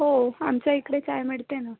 हो आमच्या इकडे चहा मिळते ना